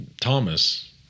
Thomas